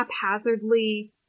haphazardly